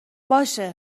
باشه